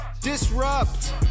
Disrupt